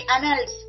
annals